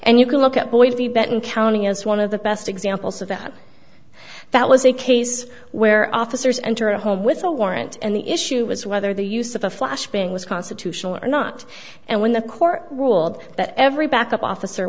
and you can look at boise benton county as one of the best examples of that that was a case where officers entered a home with a warrant and the issue was whether the use of a flashbang was constitutional or not and when the court ruled that every backup officer